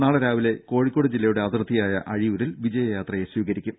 നാളെ രാവിലെ കോഴിക്കോട് ജില്ലയുടെ അതിർത്തിയായ അഴിയൂരിൽ വിജയ യാത്രയെ സ്വീകരിക്കും